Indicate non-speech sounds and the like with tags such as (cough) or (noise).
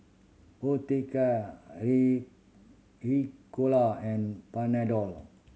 Osteocare (unintelligible) Ricola and Panadol